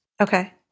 Okay